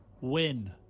Win